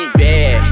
bad